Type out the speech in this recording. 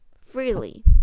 freely